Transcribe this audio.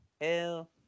Hell